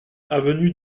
avenue